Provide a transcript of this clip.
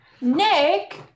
Nick